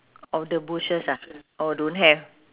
oh the bushes ah oh don't have